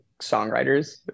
songwriters